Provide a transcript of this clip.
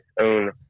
own